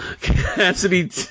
Cassidy